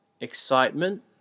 excitement